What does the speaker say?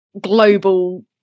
global